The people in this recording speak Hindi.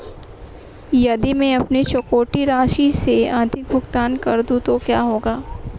यदि मैं अपनी चुकौती राशि से अधिक भुगतान कर दूं तो क्या होगा?